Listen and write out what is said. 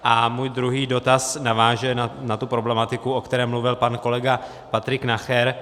A můj druhý dotaz naváže na tu problematiku, o které mluvil pan kolega Patrik Nacher.